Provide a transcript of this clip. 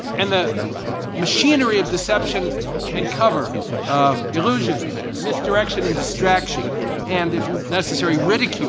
and the machinery of deception and cover of illusions, misdirection and distraction and if necessary ridicule